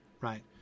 right